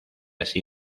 así